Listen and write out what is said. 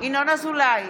ינון אזולאי,